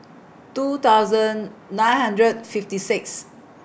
two thousand nine hundred fifty Sixth